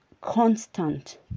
constant